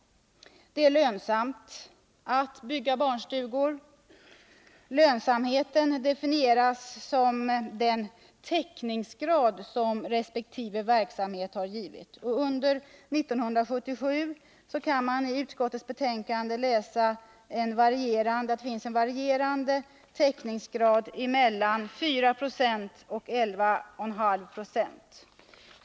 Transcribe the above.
Det är lönsamt att bygga barnstugor. Lönsamheten definieras som den täckningsgrad som resp. verksamhet har givit. Under 1977 kunde man i utskottets betänkande läsa att det finns en varierande täckningsgrad på mellan 4 90 och 11,5 90.